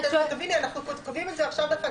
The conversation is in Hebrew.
תביני, אנחנו קובעים את זה עכשיו בחקיקה.